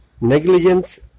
negligence